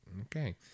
Okay